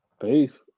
Peace